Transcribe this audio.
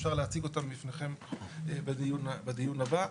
אפשר להציג אותן בפניכם בדיון הבא.